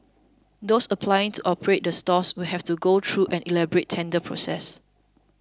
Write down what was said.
those applying to operate the stalls will have to go through an elaborate tender process